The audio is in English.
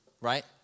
right